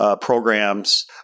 programs